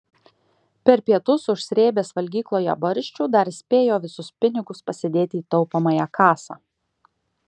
per pietus užsrėbęs valgykloje barščių dar spėjo visus pinigus pasidėti į taupomąją kasą